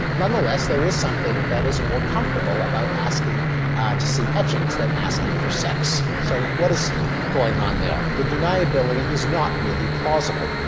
none the less there is something that is more comfortable about asking to see etchings than asking for sex. so what is going on there? the deniability is not really plausible.